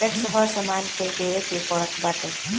tax हर सामान पे देवे के पड़त बाटे